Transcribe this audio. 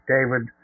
David